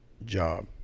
job